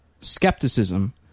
skepticism